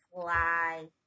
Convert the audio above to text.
fly